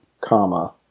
comma